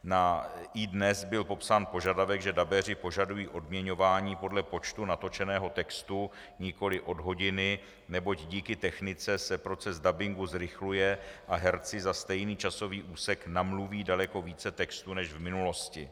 Na idnes byl popsán požadavek, že dabéři požadují odměňování podle počtu natočeného textu, nikoliv od hodiny, neboť díky technice se proces dabingu zrychluje a herci za stejný časový úsek namluví daleko více textu než v minulosti.